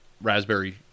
raspberry